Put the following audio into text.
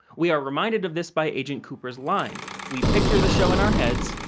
we are reminded of this by agent cooper's line. we picture the show in our heads,